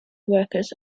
workers